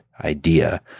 idea